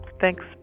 Thanks